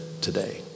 today